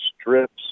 strips